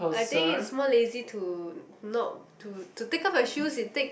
I think is more lazy to not to to take off the shoes it take